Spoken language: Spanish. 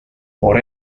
por